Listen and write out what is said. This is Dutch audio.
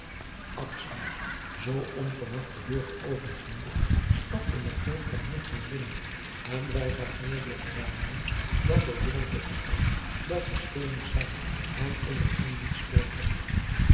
zoo onverwacht de deur geopend ziende stapte met veel vrijmoedigheid binnen en zij gaf meer door gebaarden dan door woorden te verstaan dat hij stil moest zijn en in den gang niet spreken